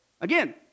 Again